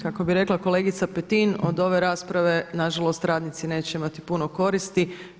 Kako bi rekla kolegica Petin, od ove rasprave na žalost radnici neće imati puno koristi.